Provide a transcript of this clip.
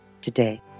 today